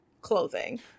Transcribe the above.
clothing